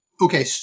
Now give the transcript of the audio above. Okay